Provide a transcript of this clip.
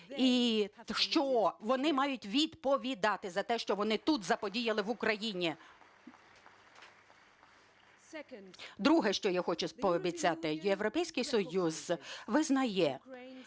і що вони мають відповідати за те, що вони тут заподіяли, в Україні. Друге, що я хочу пообіцяти. Європейський Союз визнає,